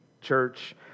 church